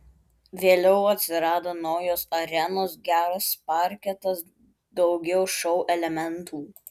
vėliau atsirado naujos arenos geras parketas daugiau šou elementų